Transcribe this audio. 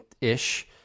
ish